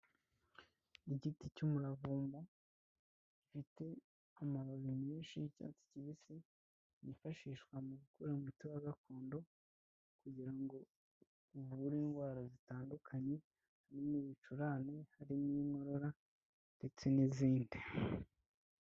Igiti cy'umuravumba gifite amababi menshi y'icyatsi kibisi byifashishwa mu gukura umuti gakondo, kugira ngo uvure indwara zitandukanye haririmo ibicurane harimo inkorora ndetse n'izindi.